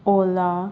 ola